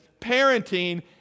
parenting